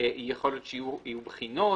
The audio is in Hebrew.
יכול להיות שיהיו בחינות,